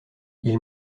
ils